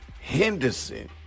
Henderson